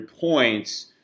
points